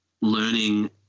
learning